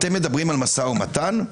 אתם מדברים על משא ומתן,